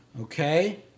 okay